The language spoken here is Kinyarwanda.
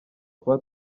kuba